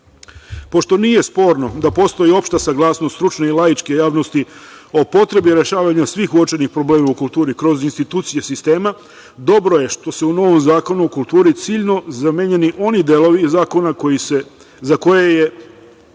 nije sporno da postoji opšta saglasnost stručne i laičke javnosti o potrebi rešavanja svih uočenih problema u kulturi kroz institucije sistema, dobro je što su u novom zakonu o kulturi ciljno zamenjeni oni delovi zakona za koje je